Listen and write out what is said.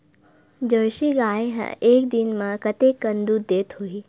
Jersey गाय ह एक दिन म कतेकन दूध देत होही?